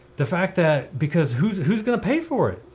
the fact that, because who's who's going to pay for it?